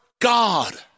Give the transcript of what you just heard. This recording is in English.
God